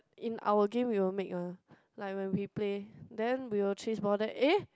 in our game we will make mah like when we play then we will chase ball then eh